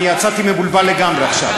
אבל אני יצאתי מבולבל לגמרי עכשיו.